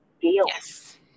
Yes